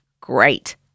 Great